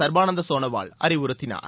சர்பானந்த சோனாவால் அறிவுறுத்தினார்